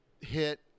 hit